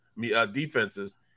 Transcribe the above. defenses –